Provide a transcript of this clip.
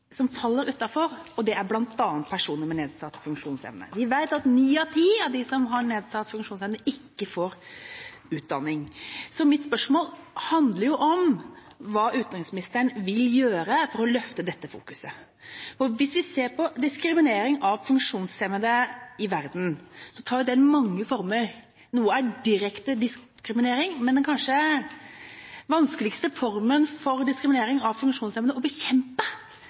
som systematisk faller utenfor, og det er bl.a. personer med nedsatt funksjonsevne. Vi vet at ni av ti av dem som har nedsatt funksjonsevne, ikke får utdanning. Mitt spørsmål handler om hva utenriksministeren vil gjøre for å løfte dette fokuset. Hvis vi ser på diskriminering av funksjonshemmede i verden, tar den mange former. Noe er direkte diskriminering, men den kanskje vanskeligste formen for diskriminering av funksjonshemmede å bekjempe